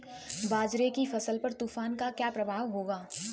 बाजरे की फसल पर तूफान का क्या प्रभाव होगा?